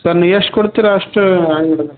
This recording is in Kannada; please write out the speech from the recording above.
ಸರ್ ನೀ ಎಷ್ಟು ಕೊಡ್ತೀರ ಅಷ್ಟು